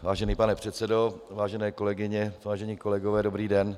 Vážený pane předsedo, vážené kolegyně, vážení kolegové, dobrý den.